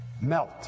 melt